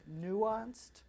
nuanced